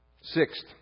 Sixth